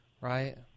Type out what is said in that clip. right